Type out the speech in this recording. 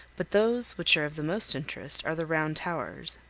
but those which are of the most interest are the round towers.